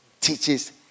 teaches